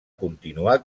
continuar